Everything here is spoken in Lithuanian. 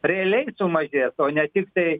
realiai sumažės o ne tiktai